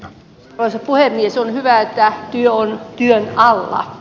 on hyvä että työ on työn alla